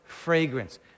fragrance